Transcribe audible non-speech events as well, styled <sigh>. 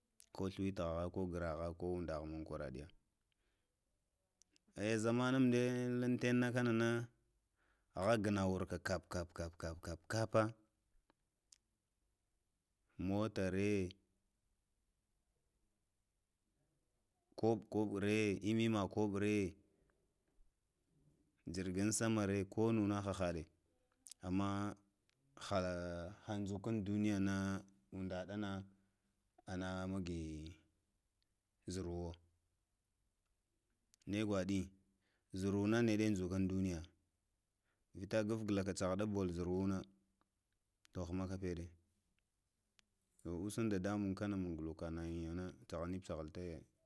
Ko sliwi təhā ko udgha məŋ kwaraɗe h zama nəŋ mdel lŋtene ka nana ah gənaw wurka kap, kapkap kapa, moto re, kob kob re imuma kopre ezi ŋzi samare ko nuna hahaɗe. <hesitation> Ama aha aha dzukan duniya na uziɗa ɗana ana magi zurwo ne gwaɗi, zurwona neɗe njukan duniyā, vita gvgalaka tsahaɗu tzurwo nu na ɗuhmaka peɗe kousa ndada mun kana man yinana nahaghnipcatayin